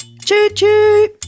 Choo-choo